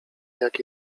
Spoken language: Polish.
jak